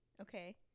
Okay